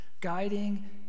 guiding